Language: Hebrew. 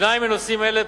שניים מנושאים אלה,